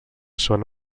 són